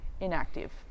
inactive